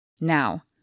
Now